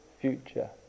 future